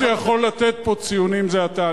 היחיד שיכול לחלק פה ציונים זה אתה.